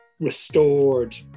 restored